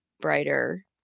brighter